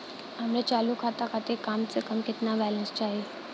हमरे चालू खाता खातिर कम से कम केतना बैलैंस चाही?